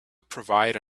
provide